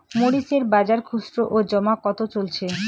মরিচ এর বাজার খুচরো ও জমা কত চলছে?